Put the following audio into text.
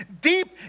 deep